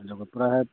ꯑꯗꯨꯒ ꯄꯨꯔꯥ ꯍꯦꯛ